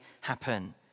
happen